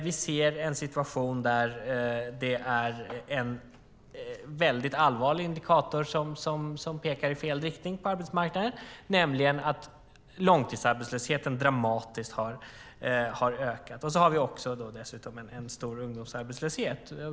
Vi ser en situation där en väldigt allvarlig indikator pekar i fel riktning på arbetsmarknaden, nämligen att långtidsarbetslösheten dramatiskt har ökat. Och så har vi dessutom en stor ungdomsarbetslöshet.